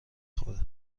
خوره